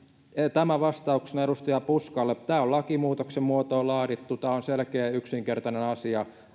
tämä vastauksena edustaja puskalle tämä on lakimuutoksen muotoon laadittu tämä on selkeä ja yksinkertainen asia